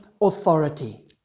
authority